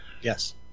Yes